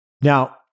Now